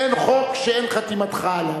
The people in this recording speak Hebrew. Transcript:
אין חוק שאין חתימתך עליו.